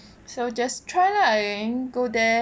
so just try lah then go there